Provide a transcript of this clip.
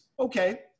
Okay